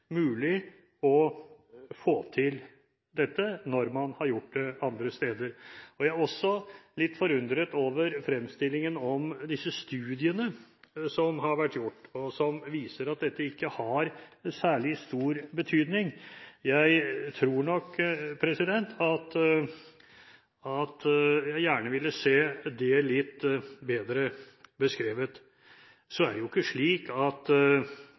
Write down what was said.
å få til dette når man har gjort det andre steder. Jeg er også litt forundret over at fremstillingen av disse studiene som har vært gjort, viser at denne ikke har særlig stor betydning. Jeg tror nok at jeg gjerne ville se det litt bedre beskrevet. Så er det ikke slik at